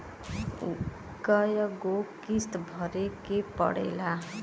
कय गो किस्त भरे के पड़ेला?